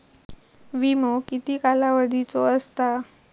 विमो किती कालावधीचो असता?